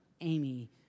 Amy